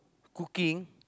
cooking